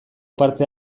parte